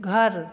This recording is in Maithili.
घर